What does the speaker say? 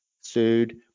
sued